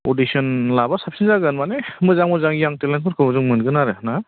audition लाब्ला साबसिन जागोन माने मोजां मोजां इयां टेलेन्टफोरखौ मोनगोन आरोना